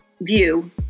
view